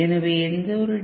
எனவே எந்தவொரு டி